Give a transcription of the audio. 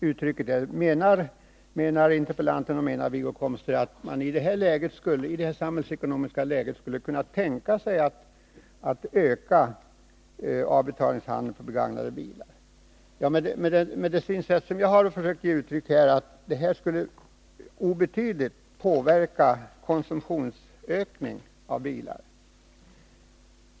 Ekonomiministern frågade om interpellanten och Wiggo Komstedt menar att man i detta samhällsekonomiska läge skulle kunna tänka sig att öka avbetalningstiden för begagnade bilar. Det synsätt som jag här försökt ge uttryck för skulle innebära att en ökad avbetalningstid bara obetydligt skulle påverka konsumtionen av bilar.